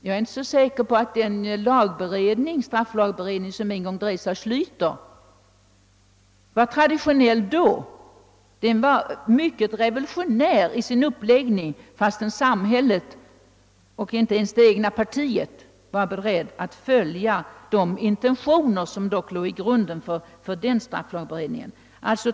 Jag är inte så säker på att den strafflagberedning, som en gång drevs av Schlyter, var traditionell då. Den var mycket revolutionär i sin uppläggning, och samhället och t.o.m. det egna partiet var inte beredda att följa de intentioner som låg till grund för den strafflagberedningen.